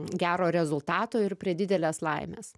gero rezultato ir prie didelės laimės